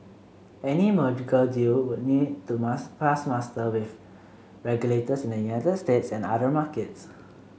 any merger deal would need to mass pass muster with regulators in the United States and other markets